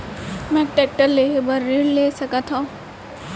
मैं टेकटर लेहे बर ऋण ले सकत हो का?